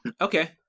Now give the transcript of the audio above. okay